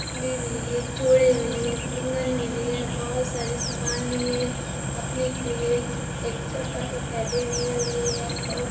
टुकली भी लिए चूड़ी भी लिए कंगन भी लिए बहुत सारे समान लिए अपने के लिए छोटा सा टेडीबियर लिए और